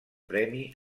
premi